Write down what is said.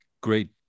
great